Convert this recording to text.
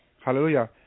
Hallelujah